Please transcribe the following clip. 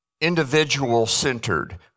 individual-centered